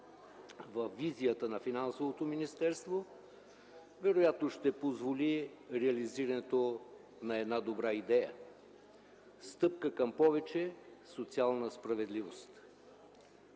във визията на Финансовото министерство вероятно ще позволи реализирането на една добра идея – стъпка към повече социална справедливост.